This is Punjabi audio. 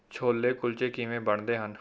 ਛੋਲੇ ਕੁਲਚੇ ਕਿਵੇਂ ਬਣਦੇ ਹਨ